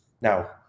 Now